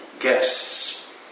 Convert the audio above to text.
guests